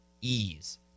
ease